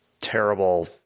terrible